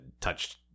touched –